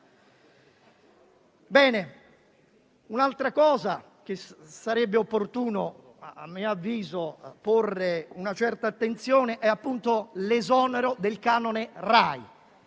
Un'altra cosa su cui sarebbe opportuno, a mio avviso, porre una certa attenzione è l'esonero dal canone RAI.